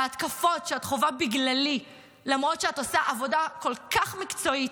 בהתקפות שאת חווה בגללי למרות שאת עושה עבודה כל כך מקצועית,